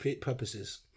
purposes